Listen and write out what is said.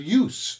use